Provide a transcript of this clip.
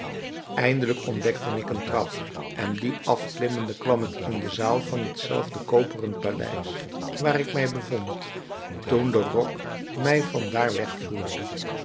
eindelijk ontdekte ik een trap en dien afklimmende kwam ik in de zaal van hetzelfde koperen paleis waar ik mij bevond toen de rok mij van